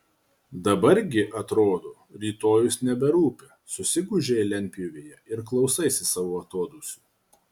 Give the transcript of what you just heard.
dabar gi atrodo rytojus neberūpi susigūžei lentpjūvėje ir klausaisi savo atodūsių